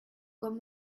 con